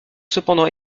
cependant